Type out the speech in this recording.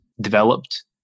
developed